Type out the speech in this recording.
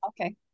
Okay